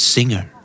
Singer